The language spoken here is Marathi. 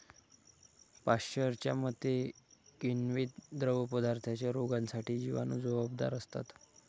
पाश्चरच्या मते, किण्वित द्रवपदार्थांच्या रोगांसाठी जिवाणू जबाबदार असतात